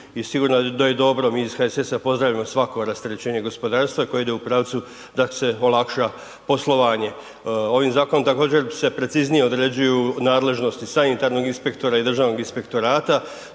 i sigurno je da je dobro, mi iz HSS-a pozdravljamo svako rasterećenje gospodarstva koje ide u pravcu da se olakša poslovanje. Ovim Zakonom također se preciznije određuju nadležnosti sanitarnog inspektora i Državnog inspektorata,